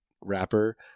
wrapper